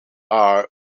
are